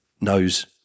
knows